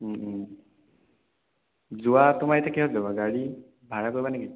যোৱা তোমাৰ এতিয়া কিহত যাবা গাড়ী ভাড়া কৰিবা নেকি